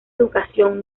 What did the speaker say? educación